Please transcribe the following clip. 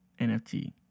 NFT